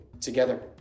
together